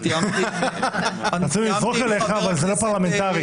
או שמטעמי דחיפות לא ניתן לערוך מכרז בסד הזמנים הנדרש למימוש ההתקשרות,